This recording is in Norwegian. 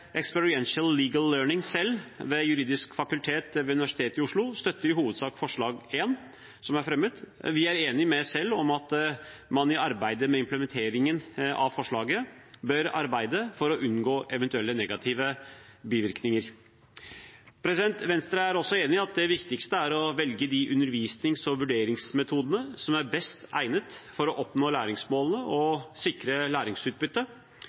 Legal Learning, CELL, ved juridisk fakultet ved Universitetet i Oslo støtter i hovedsak forslag 1 som er fremmet. Vi er enig med CELL i at man i arbeidet med implementeringen av forslaget bør arbeide for å unngå eventuelle negative bivirkninger. Venstre er også enig i at det viktigste er å velge de undervisnings- og vurderingsmetodene som er best egnet for å oppnå læringsmålene og sikre læringsutbytte.